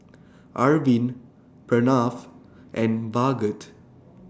Arvind Pranav and Bhagat